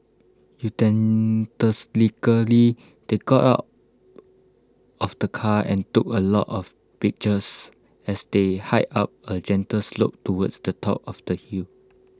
they got out of the car and took A lot of pictures as they hiked up A gentle slope towards the top of the hill